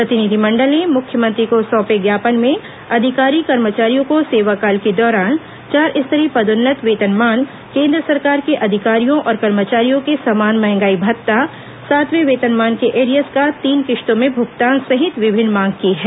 प्रतिनिधि मंडल ने मुख्यमंत्री को सौंपे ज्ञापन में अधिकारी कर्मचारियों को सेवा काल के दौरान चार स्तरीय पदोन्नत वेतनमान केन्द्र सरकार के अधिकारियो और कर्मचारियों के समान महंगाई भत्ता सातवें वेतनमान के एरियर्स का तीन किश्तों में भुगतान सहित विभिन्न मांग की है